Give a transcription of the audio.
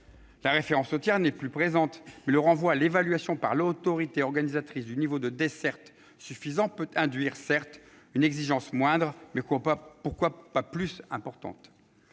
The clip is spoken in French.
La référence au tiers n'est plus présente. Le renvoi à l'évaluation par l'autorité organisatrice du niveau de desserte suffisant peut induire, certes, une exigence moindre, mais aussi, pourquoi pas, plus importante.